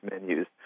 menus